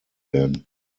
werden